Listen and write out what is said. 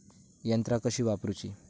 यंत्रा कशी वापरूची?